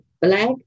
black